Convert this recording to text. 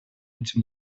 этим